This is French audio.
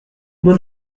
bonne